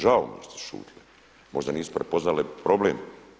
Žao mi je da su šutile, možda nisu prepoznale problem.